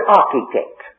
architect